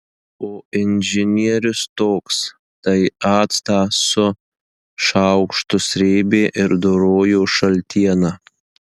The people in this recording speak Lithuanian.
o inžinierius toks tai actą su šaukštu srėbė ir dorojo šaltieną